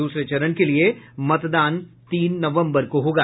दूसरे चरण के लिए मतदान तीन नवम्बर को होगा